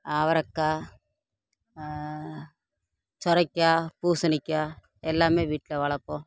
அவரைக்காய் சொரைக்காய் பூசணிக்காய் எல்லாமே வீட்டில் வளர்ப்போம்